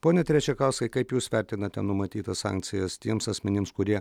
pone terečekauskai kaip jūs vertinate numatytas sankcijas tiems asmenims kurie